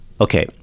Okay